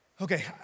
Okay